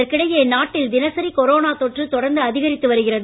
இதற்கிடையே நாட்டில் தினசரி கொரோனா தொற்று தொடர்ந்துஅதிகரித்து வருகிறது